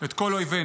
את כל אויבינו.